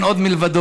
אין עוד מלבדו.